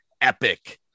epic